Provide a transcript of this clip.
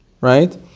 right